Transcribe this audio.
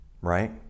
right